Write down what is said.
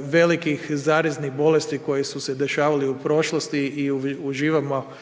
velikih zaraznih bolesti koje su se dešavale u prošlosti i uživamo